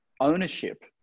ownership